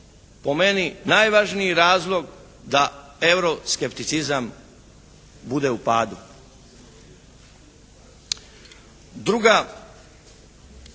po meni najvažniji razlog da euro skepticizam bude u padu.